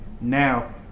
now